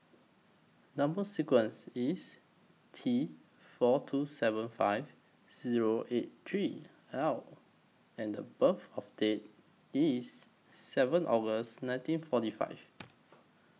Number sequence IS T four two seven five Zero eight three L and The birth of Date IS seven August nineteen forty five